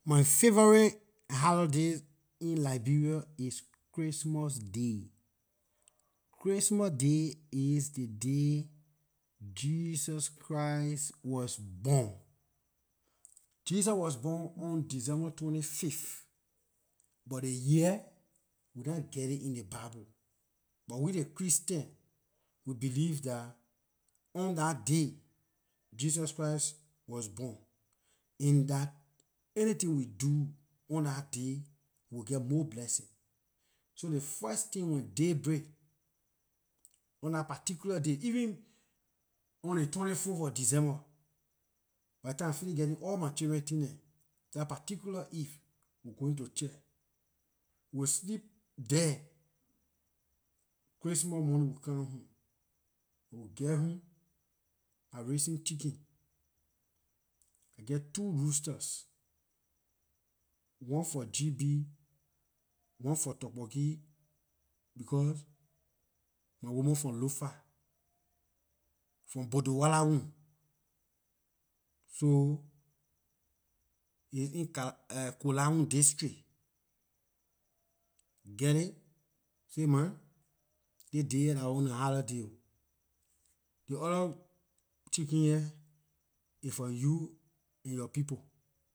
My favorite holiday in liberia is christmas day, christmas day is the day jesus christ was born. Jesus was born on december twenty- fifth but ley year we nah geh it in ley bible but we ley christian we believe dah, on dah day, jesus christ was born and that anything we do on dah day we will geh more blessings. So ley first thing we daybreak, on dah particular day even on the twenty- four of december by ley time I finish getting all my children things dem, dah particular eve, we going to church we will sleep there christmas morning we come home when we geh home I raising chicken, I geh two roosters, one for gb, one for turborgee because, my woman from lofa from botowalahun, so it's in kala kolahun district, get it say ma this day dah our ownlor holiday this orda chicken here aay for you and yor people.